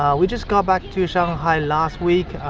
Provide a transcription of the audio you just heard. um we just got back to shanghai last week,